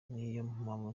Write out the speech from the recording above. mpamvu